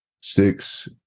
six